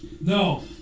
No